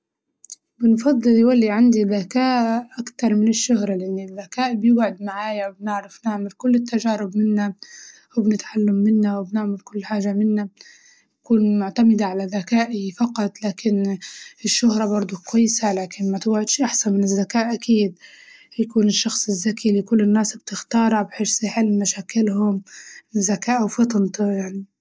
بنفضل يولي عندي ذكاء أكتر من الشهرة لأن الذكاء بيقعد معايا بنعرف نعمل كل التجارب منه وبنتعلم منه وبنعمل كل حاجة منه، نكون معتمدة على ذكاءي فقط لكن إن الشهرة برضه كويسة ولكن ما تقعدش أحسن من الزكاء أكيد، يكون الشخص الزكي اللي كل الناس بتختاره بحيس يحل نشاكلهم وزكاء وفطنة يعني.